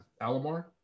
Alomar